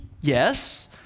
yes